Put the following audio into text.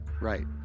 Right